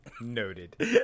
Noted